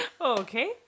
Okay